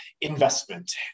investment